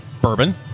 Bourbon